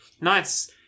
Nice